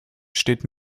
steht